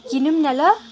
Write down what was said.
किनौँ न ल